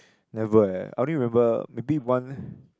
never eh I only remember maybe one